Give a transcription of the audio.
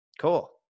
cool